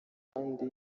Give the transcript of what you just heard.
abandi